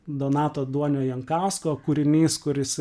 donato duonio jankausko kūrinys kuris